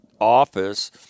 office